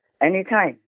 anytime